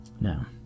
Now